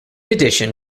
addition